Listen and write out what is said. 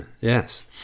Yes